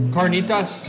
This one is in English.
Carnitas